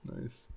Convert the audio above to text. Nice